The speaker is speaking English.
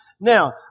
Now